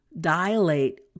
dilate